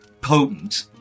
potent